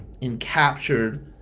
encaptured